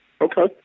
Okay